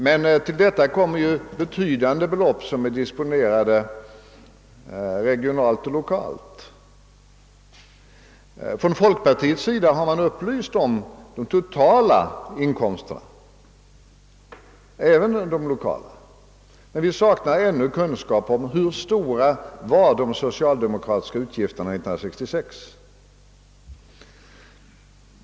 Men till detta kommer ju betydande belopp som disponerats regionalt och lokalt. Från folkpartiets sida har vi upplyst om de totala inkomsterna — alltså även om inkomsterna på det lokala planet. Men vi saknar ännu kunskap om hur stora de samlade socialdemokratiska inkomsterna var under år 1966.